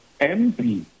MP